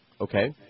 Okay